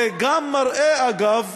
זה גם מראה, אגב,